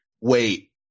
Wait